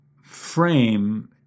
frame